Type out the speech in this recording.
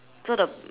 so the